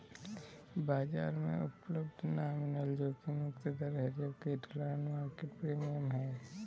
बाजार में उपलब्ध नॉमिनल जोखिम मुक्त दर है जबकि ढलान मार्केट प्रीमियम है